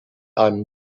einem